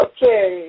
Okay